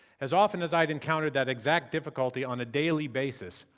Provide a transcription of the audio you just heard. as often as i'd encountered that exact difficulty on a daily basis,